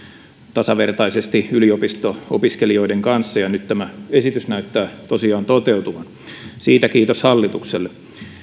tasavertaisesti yliopisto opiskelijoiden kanssa ja nyt tämä esitys näyttää tosiaan toteutuvan siitä kiitos hallitukselle